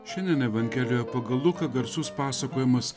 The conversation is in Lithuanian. šiandien evangelioje pagal luką garsus pasakojimas